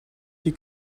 die